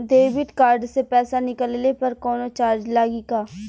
Debit card से पैसा निकलले पर कौनो चार्ज लागि का?